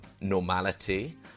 normality